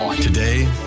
Today